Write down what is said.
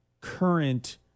current